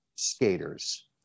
skaters